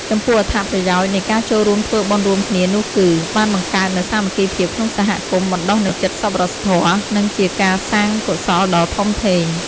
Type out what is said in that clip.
ចំពោះអត្ថប្រយោជន៍នៃការចូលរួមធ្វើបុណ្យរួមគ្នានោះគឺ បានបង្កើតនូវសាមគ្គីភាពក្នុងសហគមន៍ បណ្ដុះនូវចិត្តសប្បុរសធម៌ និងជាការសាងកុសលដ៏ធំធេង។